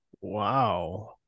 wow